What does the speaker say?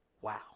wow